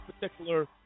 particular